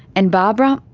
and barbara,